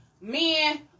men